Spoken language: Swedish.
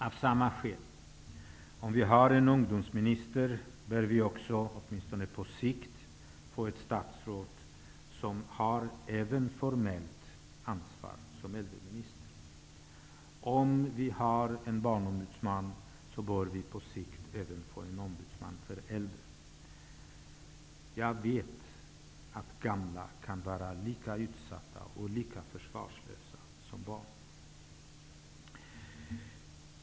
Av samma skäl: Om vi har en ungdomsminister bör vi också, åtminstone på sikt, få ett statsråd som, även formellt, har ett ansvar som äldreminister. Om vi har en barnombudsman, bör vi på sikt även få en ombudsman för äldre. Jag vet att gamla kan vara lika utsatta och lika försvarslösa som barn.